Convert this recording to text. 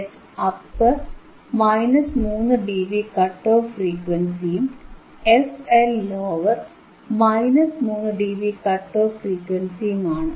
fH upper 3ഡിബി cut off ഫ്രീക്വൻസിയും fL lower 3ഡിബി കട്ട് എഫ് ഫ്രീക്വൻസിയുമാണ്